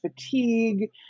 fatigue